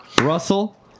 Russell